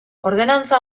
ordenantza